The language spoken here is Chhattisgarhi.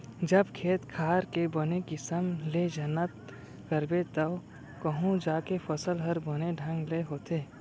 जब खेत खार के बने किसम ले जनत करबे तव कहूं जाके फसल हर बने ढंग ले होथे